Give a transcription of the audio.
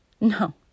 No